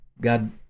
God –